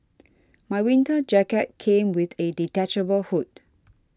my winter jacket came with a detachable hood